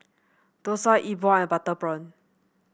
dosa Yi Bua and Butter Prawn